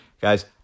guys